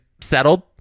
settled